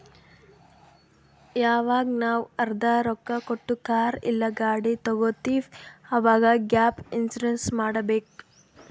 ಯವಾಗ್ ನಾವ್ ಅರ್ಧಾ ರೊಕ್ಕಾ ಕೊಟ್ಟು ಕಾರ್ ಇಲ್ಲಾ ಗಾಡಿ ತಗೊತ್ತಿವ್ ಅವಾಗ್ ಗ್ಯಾಪ್ ಇನ್ಸೂರೆನ್ಸ್ ಮಾಡಬೇಕ್